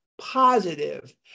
positive